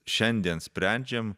šiandien sprendžiam